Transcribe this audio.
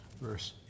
verse